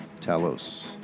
Talos